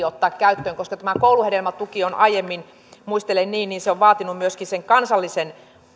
ottaa käyttöön koska tämä kouluhedelmätuki on aiemmin muistelen niin niin vaatinut myöskin kansallisen